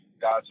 guys